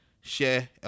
share